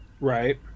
Right